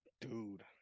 dude